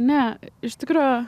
ne iš tikro